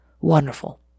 Wonderful